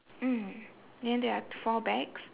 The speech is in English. mm then there are four bags